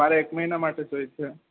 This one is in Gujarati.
મારે એક મહિના માટે જોઈશે